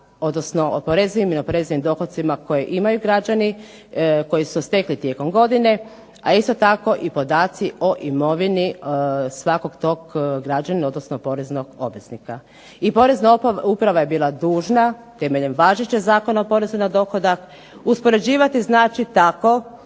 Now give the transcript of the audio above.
odnosno o oporezivim i neoporezivim dohocima koje imaju građani koji su se stekli tijekom godine, a isto tako i podaci o imovini svakog tog građanina, odnosno poreznog obveznika. I porezna uprava je bila dužna temeljem važećeg Zakona o porezu na dohodak uspoređivati znači tako